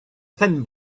thin